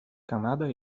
канада